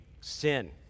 sin